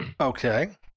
Okay